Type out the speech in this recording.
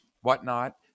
whatnot